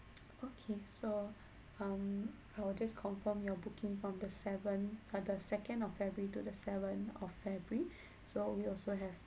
okay so um I will just confirm your booking from the seven uh the second of february to the seven of february so we also have